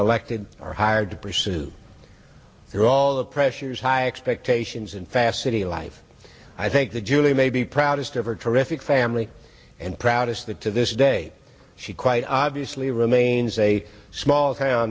elected or hired to pursue their all the pressures high expectations and fast city life i think that julie may be proudest of her terrific family and proudest that to this day she quite obviously remains a small town